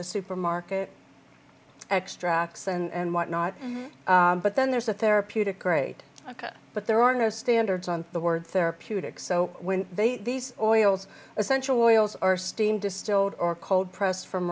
the supermarket extracts and whatnot but then there's a therapeutic grade ok but there are no standards on the word therapeutic so when they these oils essential oils are steam distilled or cold pressed from